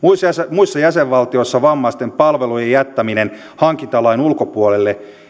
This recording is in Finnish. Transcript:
muissa jäsenvaltioissa vammaisten palvelujen jättäminen hankintalain ulkopuolelle